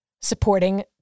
supporting